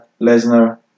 Lesnar